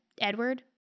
Edward